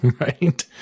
right